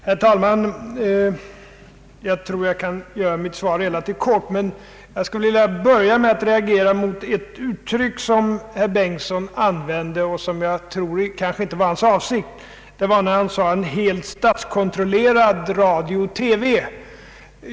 Herr talman! Jag tror att jag kan göra mitt svar relativt kortfattat. Jag skulle emellertid vilja börja med att reagera mot ett uttryck som herr Bengtson — möjligen oavsiktligt — använde, nämligen då han talade om en helt statskontrollerad radio och TV.